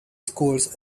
schools